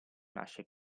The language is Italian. nasce